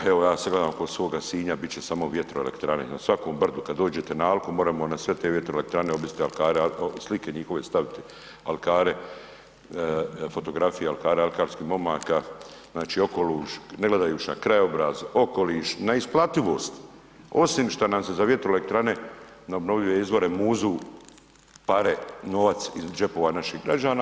Evo ja sada gledam kod svoga Sinja bit ćemo samo vjetroelektrane, na svakom brdu, kada dođete na Alku moremo na sve te vjetroelektrane objesiti alkare, slike njihove staviti alkare fotografije alkara, alkarskih momaka, znači ne gledajući na krajobraz, okoliš, na isplativost, osim šta nas se za vjetroelektrane na obnovljive izvore muzu pare novac iz džepova naših građana.